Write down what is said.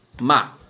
ma